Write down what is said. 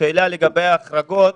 לגבי ההחרגות,